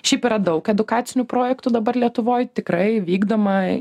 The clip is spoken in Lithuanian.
šiaip yra daug edukacinių projektų dabar lietuvoj tikrai vykdoma